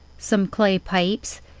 some clay pipes,